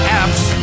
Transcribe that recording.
apps